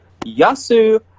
yasu